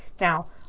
Now